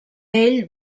ell